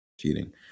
cheating